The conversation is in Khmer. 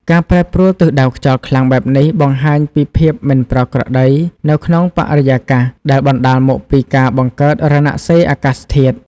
ការប្រែប្រួលទិសដៅខ្យល់ខ្លាំងបែបនេះបង្ហាញពីភាពមិនប្រក្រតីនៅក្នុងបរិយាកាស ដែលបណ្តាលមកពីការបង្កើតរណសិរ្សអាកាសធាតុ ។